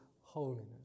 holiness